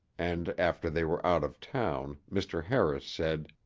and after they were out of town, mr. harris said,